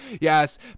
Yes